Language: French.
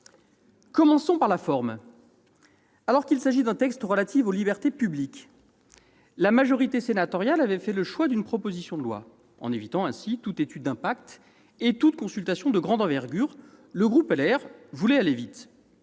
Commençons par la forme. Alors qu'il s'agissait d'un texte relatif aux libertés publiques, la majorité sénatoriale avait fait le choix d'une proposition de loi. En évitant ainsi toute étude d'impact et toute consultation de grande envergure, les élus du groupe Les